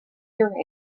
your